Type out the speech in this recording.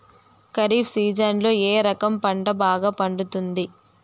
ఖరీఫ్ సీజన్లలో ఏ రకం పంట బాగా పండుతుంది